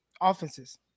offenses